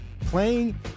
Playing